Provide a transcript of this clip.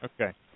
Okay